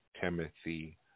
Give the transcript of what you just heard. Timothy